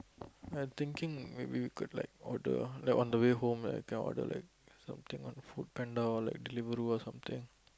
I thinking maybe we could like order like on the way home like can we order like something on like FoodPanda or like Deliveroo or something